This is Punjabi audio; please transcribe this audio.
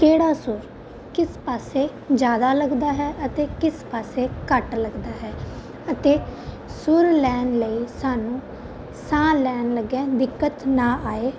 ਕਿਹੜਾ ਸੁਰ ਕਿਸ ਪਾਸੇ ਜ਼ਿਆਦਾ ਲੱਗਦਾ ਹੈ ਅਤੇ ਕਿਸ ਪਾਸੇ ਘੱਟ ਲੱਗਦਾ ਹੈ ਅਤੇ ਸੁਰ ਲਾਉਣ ਲਈ ਸਾਨੂੰ ਸਾਹ ਲੈਣ ਲੱਗਿਆ ਦਿੱਕਤ ਨਾ ਆਏ